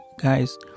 guys